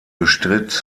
bestritt